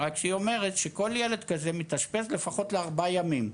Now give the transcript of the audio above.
רק כשהיא אומרת שכל ילד כזה מתאשפז לפחות לארבעה ימים.